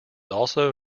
also